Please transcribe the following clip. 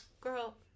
girl